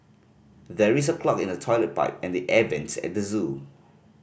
there is a clog in the toilet pipe and the air vents at the zoo